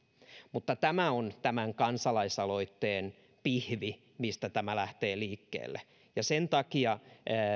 tämä on tämän kansalaisaloitteen pihvi se mistä tämä lähtee liikkeelle ja sen takia